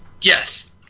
yes